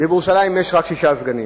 ובירושלים יש רק שישה סגנים.